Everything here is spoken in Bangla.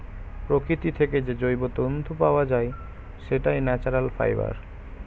প্রকৃতি থেকে যে জৈব তন্তু পাওয়া যায়, সেটাই ন্যাচারাল ফাইবার